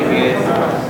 קבוצת סיעת מרצ,